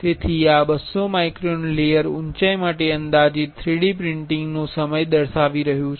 તેથી આ 200 micron layer ઉંચાઇ માટે અંદાજિત 3D પ્રિંટિંગ સમય છે